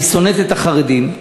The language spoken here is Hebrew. אני שונאת את החרדים,